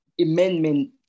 amendment